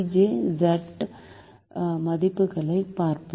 J Z மதிப்புகளைப் பார்க்கிறோம்